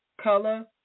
Color